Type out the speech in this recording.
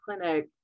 clinic